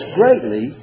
greatly